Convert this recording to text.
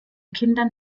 kindern